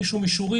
בלי שום אישורים,